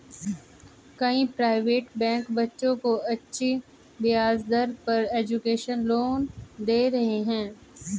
कई private bank बच्चों को अच्छी ब्याज दर पर एजुकेशन लोन दे रहे है